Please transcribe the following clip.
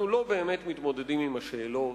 אנחנו לא באמת מתמודדים עם השאלות,